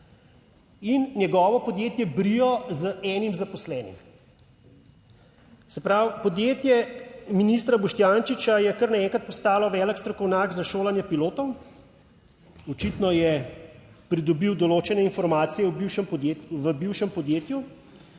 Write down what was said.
in njegovo podjetje Brio z enim zaposlenim. Se pravi podjetje ministra Boštjančiča je kar naenkrat postalo velik strokovnjak za šolanje pilotov. Očitno je pridobil določene informacije v bivšem podjetju